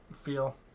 feel